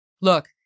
look